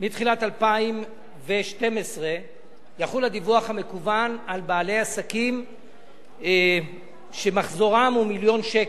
2012 יחול הדיווח המקוון על בעלי עסקים שמחזורם הוא מיליון שקל,